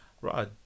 right